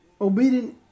obedient